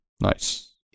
nice